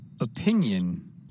Opinion